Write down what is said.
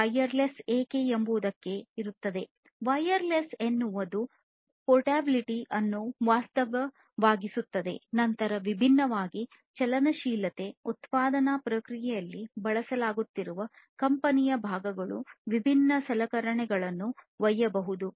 wireless ಎನ್ನುವುದು portability ಅನ್ನು ವಾಸ್ತವವಾಗಿಸುತ್ತದೆ ನಂತರ ವಿಭಿನ್ನವಾಗಿ ಚಲನಶೀಲತೆ ಉತ್ಪಾದನಾ ಪ್ರಕ್ರಿಯೆಯಲ್ಲಿ ಬಳಸಲಾಗುತ್ತಿರುವ ಕಂಪನಿಯ ಭಾಗಗಳು ವಿಭಿನ್ನ ಸಲಕರಣೆಗಳನ್ನು ಒಯ್ಯಬಲ್ಲದು